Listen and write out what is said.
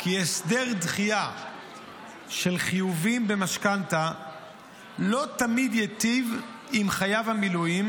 כי הסדר דחייה של חיובים במשכנתה לא תמיד ייטיב עם חייב המילואים,